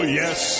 yes